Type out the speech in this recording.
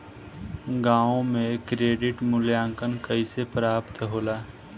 गांवों में क्रेडिट मूल्यांकन कैसे प्राप्त होला?